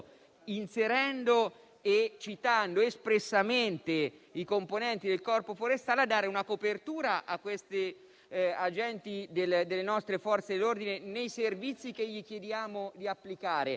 inserendo e citando espressamente i componenti del Corpo forestale, era volto a dare una copertura a questi agenti delle nostre Forze dell'ordine nei servizi che chiediamo loro di applicare.